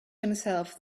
himself